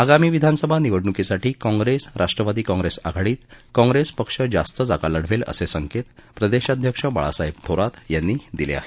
आगामी विधानसभा निवडणुकीसाठी काँग्रेस राष्ट्रवादी काँग्रेस आघाडीत काँग्रेस पक्ष जास्त जागा लढवेल असे संकेत प्रदेशाध्यक्ष बाळासाहेब थोरात यांनी दिले आहेत